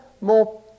more